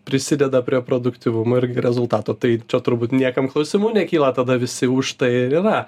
prisideda prie produktyvumo irgi rezultato tai čia turbūt niekam klausimų nekyla tada visi už tai ir yra